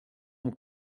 mon